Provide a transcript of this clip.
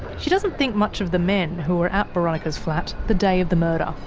she doesn't think much of the men who were at boronika's flat the day of the murder.